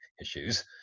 issues